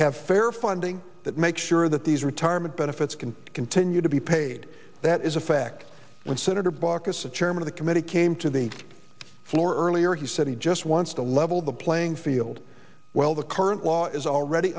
have fair funding that make sure that these retirement benefits can continue to be paid that is a fact when senator baucus the chairman of the committee came to the floor earlier he said he just wants to level the playing field well the current law is already